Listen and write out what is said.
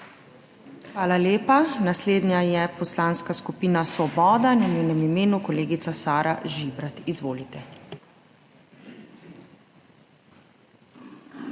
Hvala lepa. Naslednja je Poslanska skupina Svoboda in v njenem imenu kolegica Sara Žibrat. Izvolite.